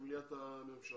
למליאת הממשלה.